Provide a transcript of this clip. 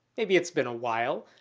maybe it's been a while,